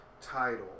title